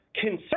concern